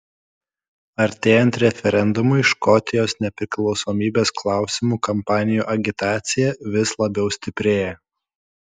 artėjant referendumui škotijos nepriklausomybės klausimu kampanijų agitacija vis labiau stiprėja